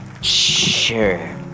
Sure